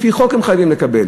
לפי חוק האזרחים חייבים לקבל.